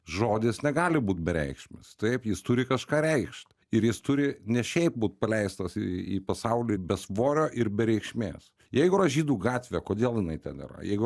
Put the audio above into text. žodis negali būt bereikšmis taip jis turi kažką reikšt ir jis turi ne šiaip būt paleistas į pasaulį be svorio ir be reikšmės jeigu yra žydų gatvę kodėl jinai ten yra jeigu